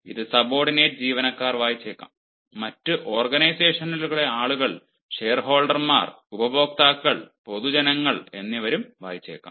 ഇത് സബോർഡിനേറ്റ് ജീവനക്കാർ വായിച്ചേക്കാം മറ്റ് ഓർഗനൈസേഷനുകളിലെ ആളുകൾ ഷെയർഹോൾഡർമാർ ഉപഭോക്താക്കൾ പൊതുജനങ്ങൾ എന്നിവരും വായിച്ചേക്കാം